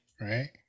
right